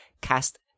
Cast